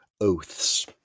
Oaths